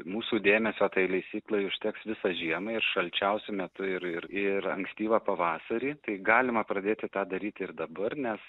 mūsų dėmesio tai lesyklai užteks visą žiemą ir šalčiausiu metu ir ir ir ankstyvą pavasarį tai galima pradėti tą daryti ir dabar nes